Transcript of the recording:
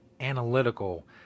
Analytical